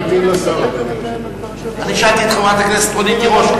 נמתין לשר, אדוני היושב-ראש.